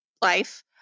life